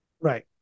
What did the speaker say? Right